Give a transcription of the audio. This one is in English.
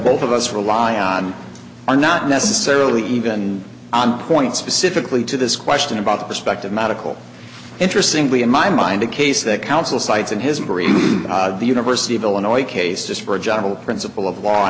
both of us rely on are not necessarily even on point specifically to this question about perspective medical interestingly in my mind a case that council cites in his brain the university of illinois case just for a general principle of law